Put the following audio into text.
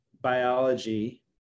biology